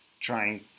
trying